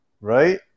right